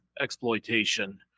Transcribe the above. exploitation